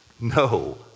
No